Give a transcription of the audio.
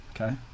Okay